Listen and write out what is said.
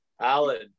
alan